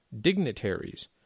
dignitaries